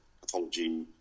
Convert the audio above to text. pathology